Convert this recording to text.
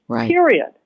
period